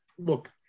Look